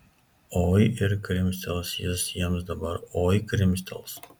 oi ir krimstels jis jiems dabar oi krimstels